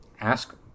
ask